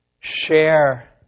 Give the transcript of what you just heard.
share